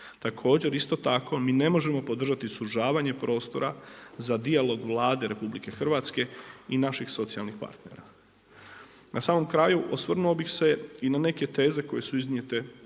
Također isto tako mi ne možemo podržati sužavanje prostora za dijalog Vlade RH i naših socijalnih partnera. Na samom kraju osvrnuo bih se i na neke teze koje su iznijete